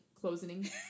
closing